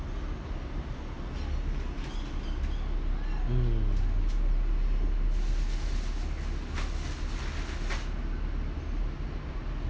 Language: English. mm